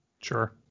Sure